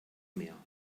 mehr